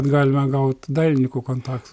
galima gaut dailininkų kontaktų